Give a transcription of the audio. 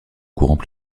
courants